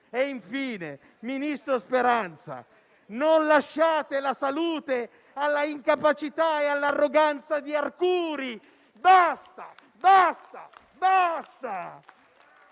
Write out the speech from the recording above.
Infine, ministro Speranza, non lasciate la salute all'incapacità e all'arroganza di Arcuri. Basta! Basta! Basta!